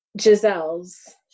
Giselle's